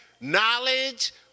knowledge